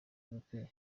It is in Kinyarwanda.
y’ubukwe